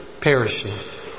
perishing